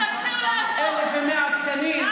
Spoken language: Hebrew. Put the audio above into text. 1,100 תקנים,